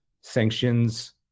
sanctions